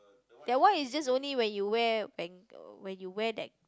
that one is just only when you wear when when you wear that